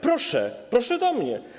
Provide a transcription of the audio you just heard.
Proszę, proszę do mnie.